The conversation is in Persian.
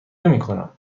نمیکنم